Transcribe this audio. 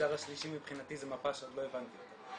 המגזר השלישי מבחינתי זו מפה שעוד לא הבנתי אותה.